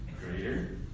Greater